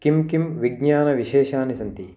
कानि कानि विज्ञानविशेषानि सन्ति